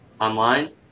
online